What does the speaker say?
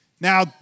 Now